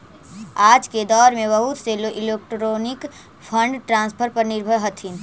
आज के दौर में बहुत से लोग इलेक्ट्रॉनिक फंड ट्रांसफर पर निर्भर हथीन